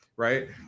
Right